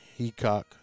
Heacock